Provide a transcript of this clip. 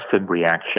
reaction